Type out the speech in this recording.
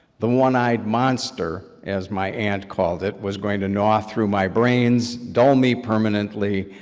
the one eyed monster, as my aunt called it, was going to gnaw through my brains, dull me permanently,